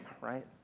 right